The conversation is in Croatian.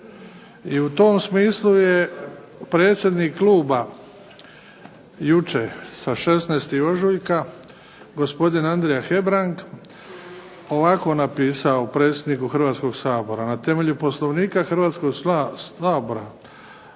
I u tom smislu je predsjednik kluba jučer sa 16. ožujka gospodin Andrija Hebrang ovako napisao predsjedniku Hrvatskog sabora. "Na temelju Poslovnika Hrvatskog sabora